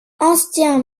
ancien